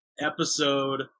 episode